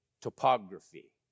Topography